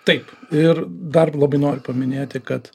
taip ir dar labai noriu paminėti kad